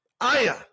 Aya